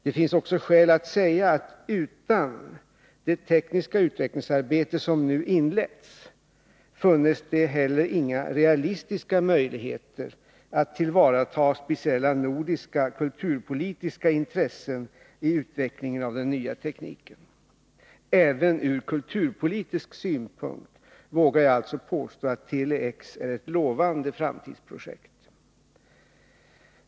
Det finns också skäl att säga att utan det tekniska utvecklingsarbete som nu inletts funnes det heller inga realistiska möjligheter att tillvarata speciella nordiska kulturpolitiska intressen i utvecklingen av den nya tekniken. Även ur kulturpolitisk synpunkt vågar jag alltså påstå att Tele-X är ett lovande framtidsprojekt.